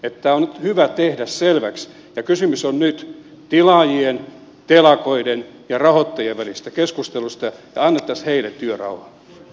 tämä on nyt hyvä tehdä selväksi että kysymys on nyt tilaajien telakoiden ja rahoittajien välisistä keskusteluista ja annettaisiin heille työrauha